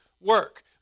work